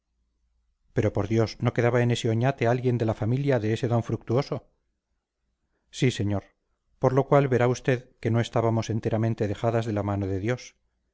pero por dios no quedaba en oñate alguien de la familia de ese d fructuoso sí señor por lo cual verá usted que no estábamos enteramente dejadas de la mano de dios